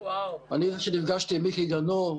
אני זה שנפגשתי עם מיקי גנור,